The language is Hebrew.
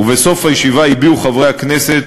ובסוף הישיבה הביעו חברי הכנסת,